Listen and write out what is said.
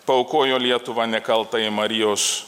paaukojo lietuvą nekaltajai marijos